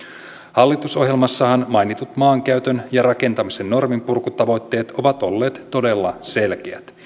hallitusohjelmassa mainitut maankäytön ja rakentamisen norminpurkutavoitteet ovat olleet todella selkeät